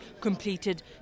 completed